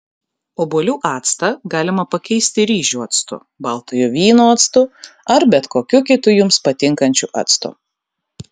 obuolių actą galima pakeisti ryžių actu baltojo vyno actu ar bet kokiu kitu jums patinkančiu actu